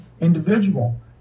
individual